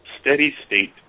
steady-state